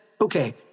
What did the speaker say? okay